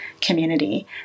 community